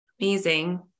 Amazing